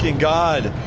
god!